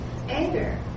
anger